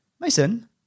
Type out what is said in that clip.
Mason